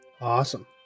Awesome